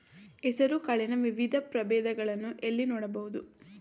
ಹೆಸರು ಕಾಳಿನ ವಿವಿಧ ಪ್ರಭೇದಗಳನ್ನು ಎಲ್ಲಿ ನೋಡಬಹುದು?